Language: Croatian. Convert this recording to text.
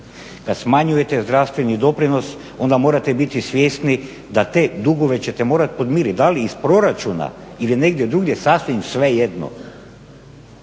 kad smanjujete zdravstveni doprinos onda morate biti svjesni da te dugove ćete morati podmiriti, da li iz proračuna ili negdje drugdje sasvim svejedno,